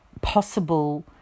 possible